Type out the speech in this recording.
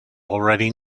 already